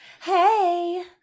Hey